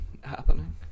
happening